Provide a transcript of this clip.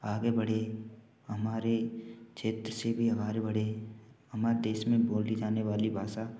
आगे बढ़े हमारे क्षेत्र से भी हमारे बढ़े हमा देश में बोली जाने वाली भाषा